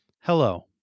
Hello